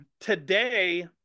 Today